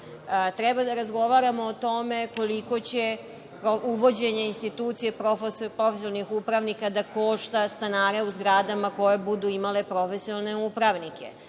Treba da razgovaramo o tome koliko će uvođenje institucije profesionalnih upravnika da košta stanare u zgradama koje budu imale profesionalne upravnike,